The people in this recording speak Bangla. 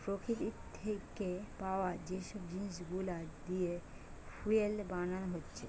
প্রকৃতি থিকে পায়া যে সব জিনিস গুলা দিয়ে ফুয়েল বানানা হচ্ছে